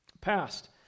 past